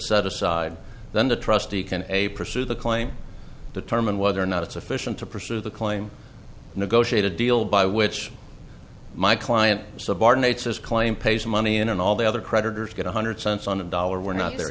set aside then the trustee can a pursue the claim determine whether or not it sufficient to pursue the claim negotiate a deal by which my client subordinates his claim pays money in and all the other creditors get one hundred cents on the dollar we're not there